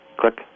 click